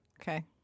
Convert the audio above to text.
Okay